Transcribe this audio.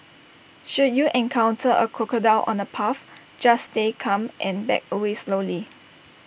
should you encounter A crocodile on the path just stay calm and back away slowly